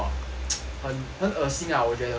很很恶心啊我觉得